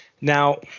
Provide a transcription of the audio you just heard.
Now